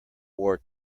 war